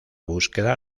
búsqueda